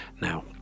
Now